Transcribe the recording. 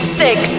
six